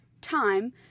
time